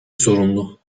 sorunlu